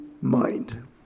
mind